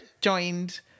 joined